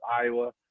Iowa